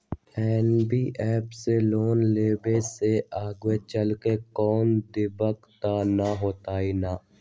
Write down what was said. NBFC से loan लेबे से आगेचलके कौनो दिक्कत त न होतई न?